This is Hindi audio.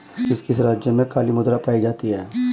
किस किस राज्य में काली मृदा पाई जाती है?